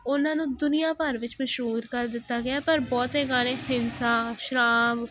ਉਨ੍ਹਾਂ ਨੂੰ ਦੁਨੀਆ ਭਰ ਵਿੱਚ ਮਸ਼ਹੂਰ ਕਰ ਦਿੱਤਾ ਗਿਆ ਪਰ ਬਹੁਤੇ ਗਾਣੇ ਹਿੰਸਾ ਸ਼ਰਾਬ